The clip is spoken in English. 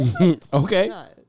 Okay